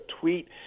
tweet